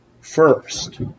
first